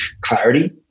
clarity